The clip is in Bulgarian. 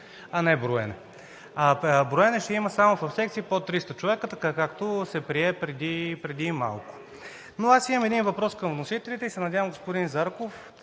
а не броене. Броене ще има само в секции под 300 човека, както се прие преди малко. Но аз имам един въпрос към вносителите и се надявам, господин Зарков